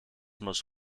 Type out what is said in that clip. most